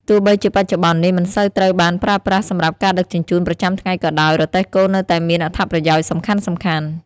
ទោះបីជាបច្ចុប្បន្ននេះមិនសូវត្រូវបានប្រើប្រាស់សម្រាប់ការដឹកជញ្ជូនប្រចាំថ្ងៃក៏ដោយ រទេះគោនៅតែមានអត្ថប្រយោជន៍សំខាន់ៗ ។